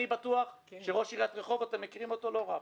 אני בטוח שראש עיריית רחובות אתם מכירים אותו לא רע,